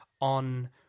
on